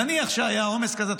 נניח שהיה עומס כזה,